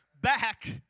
Back